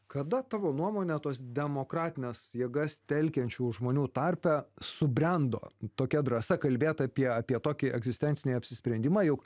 kada tavo nuomone tos demokratines jėgas telkiančių žmonių tarpe subrendo tokia drąsa kalbėt apie apie tokį egzistencinį apsisprendimą jau